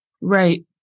Right